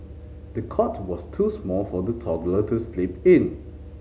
the cot was too small for the toddler to sleep in